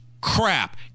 crap